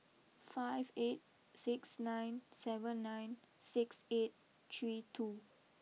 five eight six nine seven nine six eight three two